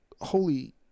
holy